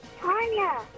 Tanya